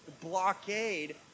blockade